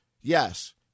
yes